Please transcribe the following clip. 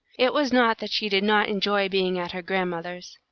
it was not that she did not enjoy being at her grandmother's.